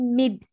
mid